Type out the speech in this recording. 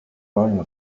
paul